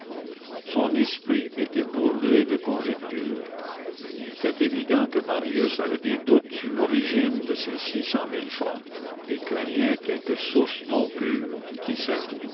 son esprit était bourrelé de conjectures il était évident que marius avait des doutes sur l'origine de ces six cent mille francs qu'il craignait quelque source non pure qui sait